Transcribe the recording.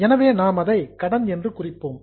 எனவே நாம் அதை கடன் என்று குறிப்போம்